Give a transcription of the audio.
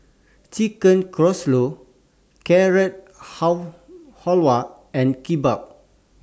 Chicken Casserole Carrot How Halwa and Kimbap